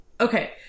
Okay